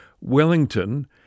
Wellington